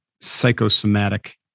psychosomatic